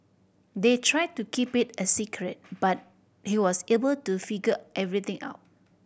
they tried to keep it a secret but he was able to figure everything out